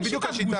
זו בדיוק השיטה.